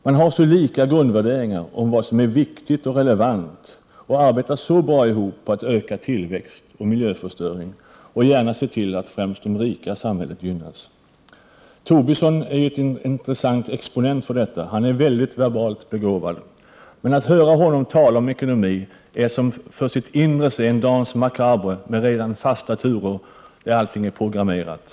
Man har så lika grundvärderingar om vad som är viktigt och relevant och arbetar så bra ihop på att öka tillväxt och miljöförstöring och gärna se till att främst de rika i samhället gynnas. Lars Tobisson är en intressant exponent för detta. Han är mycket verbalt begåvad. Att höra honom tala om ekonomi är att som för sitt inre se en dance macabre med redan fasta turer, där allting är programmerat.